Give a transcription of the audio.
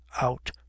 out